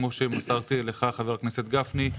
כמו שמסרתי לך חבר הכנסת גפני,